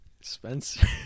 Spencer